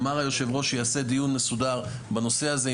אמר היושב ראש שהוא יעשה דיון מסודר בנושא הזה,